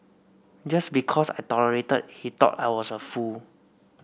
just because I tolerated he thought I was a fool